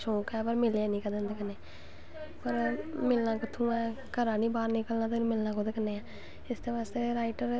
परतियै सफाई अच्छी आंदी ऐ ठीक ठाक आंदी ऐ और एह्दै च एह् आक्खनां चाह्नी आं कि मतलव जियां तुस लाई लैओ